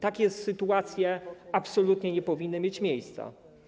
Takie sytuacje absolutnie nie powinny mieć miejsca.